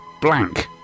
blank